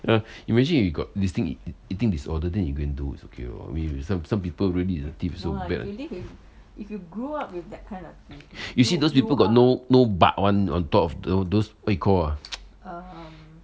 uh you imagine if you got this thing eating disorder then you go and do is okay [what] we we some people the teeth is really so bad uh you see those people got no no bu~ one on top of those what you call ah